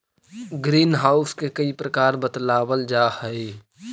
green house के कई प्रकार बतलावाल जा हई